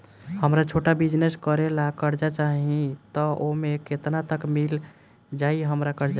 हमरा छोटा बिजनेस करे ला कर्जा चाहि त ओमे केतना तक मिल जायी हमरा कर्जा?